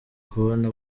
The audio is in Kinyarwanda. kubona